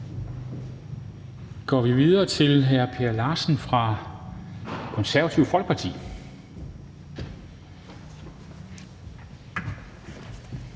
går vi videre til hr. Per Larsen fra Det Konservative Folkeparti.